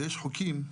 ויש חוקים,